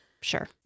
Sure